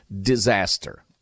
disaster